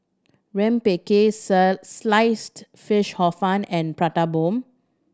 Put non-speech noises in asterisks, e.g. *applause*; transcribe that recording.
rempeyek *unintelligible* Sliced Fish Hor Fun and Prata Bomb